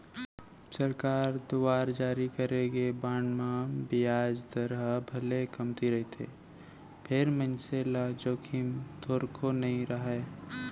सरकार दुवार जारी करे गे बांड म बियाज दर ह भले कमती रहिथे फेर मनसे ल जोखिम थोरको नइ राहय